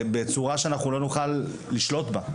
בצורה שאנחנו לא נוכל לשלוט בה.